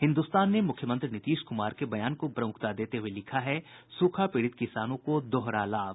हिन्दुस्तान ने मुख्यमंत्री नीतीश कुमार के बयान को प्रमुखता देते हुये लिखा है सूखा पीड़ित किसानों को दोहरा लाभ